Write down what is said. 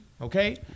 okay